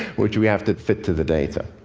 which we have to fit to the data.